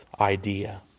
idea